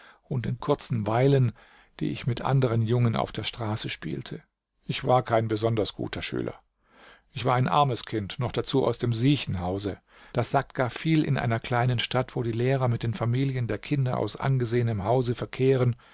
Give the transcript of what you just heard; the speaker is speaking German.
und den kurzen weilen die ich mit anderen jungen auf der straße spielte ich war kein besonders guter schüler ich war ein armes kind noch dazu aus dem siechenhause das sagt gar viel in einer kleinen stadt wo die lehrer mit den familien der kinder aus angesehenem hause verkehren